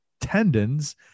tendons